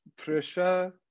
Trisha